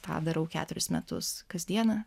tą darau keturis metus kasdieną